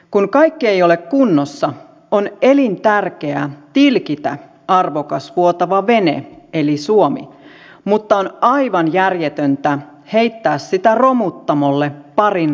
kun kaikki ei ole kunnossa on elintärkeää tilkitä arvokas vuotava vene eli suomi mutta on aivan järjetöntä heittää sitä romuttamolle parin reiän takia